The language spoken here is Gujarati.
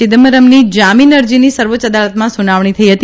ચિદમ્બરમની જામીન અરજીની સર્વોચ્ય અદાલતમાં સુનાવણી થઇ હતી